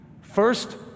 First